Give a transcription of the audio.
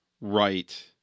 Right